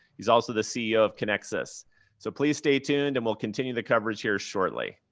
he's also the ceo of conexus. so please stay tuned, and we'll continue the coverage here shortly.